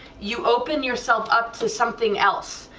you open yourself up to something else,